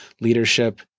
leadership